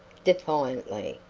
defiantly.